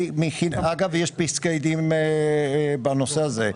אגב, יש פסקי דין בנושא הזה.